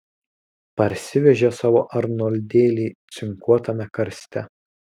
parsivežė savo arnoldėlį cinkuotame karste